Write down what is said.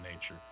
nature